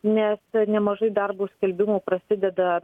nes nemažai darbo skelbimų prasideda